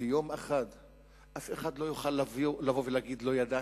ויום אחד אף אחד לא יוכל לבוא ולהגיד: לא ידעתי,